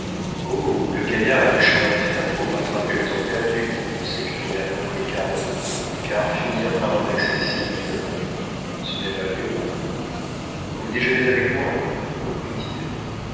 oh le gaillard a du chemin à faire pour rattraper le temps perdu s'écria l'oncle cardot car finir par un accessit ce n'est pas le pérou vous déjeunez avec moi